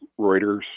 Reuters